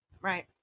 Right